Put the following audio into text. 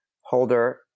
holder